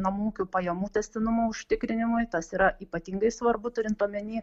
namų ūkių pajamų tęstinumo užtikrinimui tas yra ypatingai svarbu turint omeny